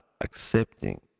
accepting